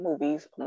movies